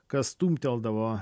kas stumteldavo